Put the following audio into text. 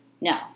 no